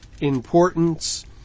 importance